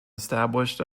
established